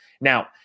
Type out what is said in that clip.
now